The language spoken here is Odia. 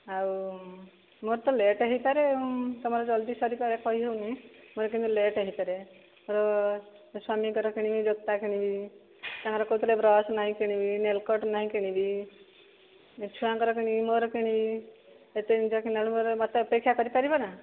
ଆଉ ମୋର ତ ଲେଟ୍ ହୋଇପାରେ ତମର ଜଲଦି ସାରିପାରେ କହି ହେଉନି ମୋର ଟିକିଏ ଲେଟ୍ ହୋଇପାରେ ସ୍ଵାମୀଙ୍କର କିଣିବି ଯୋତା କିଣିବି ତାଙ୍କର କହୁଥିଲେ ବ୍ରସ୍ ନାହିଁ କିଣିବି ନେଲ୍ କଟର୍ ନାହିଁ କିଣିବି ଛୁଆଙ୍କର କିଣିବି ମୋର କିଣିବି ଏତେ ଜିନିଷ କିଣିଲା ବେଳକୁ ମୋତେ ଅପେକ୍ଷା କରିପାରିବନା